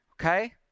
okay